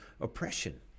oppression